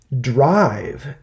Drive